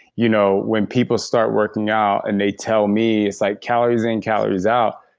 you know when people start working out and they tell me, like calories in, calories out.